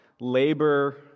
labor